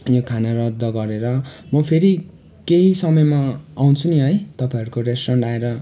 यो खाना रद्द गरेर म फेरि केही समयमा आउँछु नि है तपाईँहरूको रेस्टुरेन्ट आएर